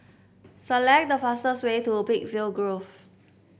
select the fastest way to Peakville Grove